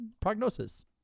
prognosis